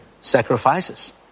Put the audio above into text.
sacrifices